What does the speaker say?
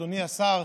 אדוני השר,